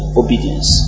obedience